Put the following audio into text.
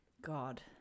God